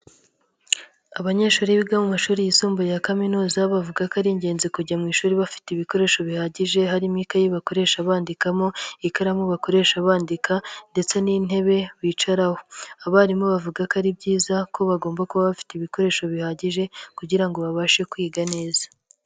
Abanyeshuri biga mu mashuri yisumbuye ya kaminuza bavuga ko ari ingenzi kujya mu ishuri bafite ibikoresho bihagije, harimo ikayi bakoresha bandikamo, ikaramu bakoresha bandika ndetse n'intebe bicaraho. Abarimu bavuga ko ari byiza ko bagomba kuba bafite ibikoresho bihagije kugira ngo babashe kwiga neza.